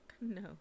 no